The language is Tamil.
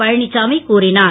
பழ சாமி கூறினார்